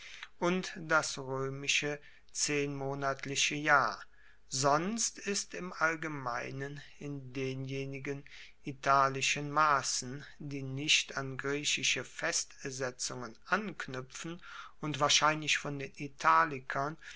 und das roemische zehnmonatliche jahr sonst ist im allgemeinen in denjenigen italischen massen die nicht an griechische festsetzungen anknuepfen und wahrscheinlich von den italikern